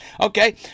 Okay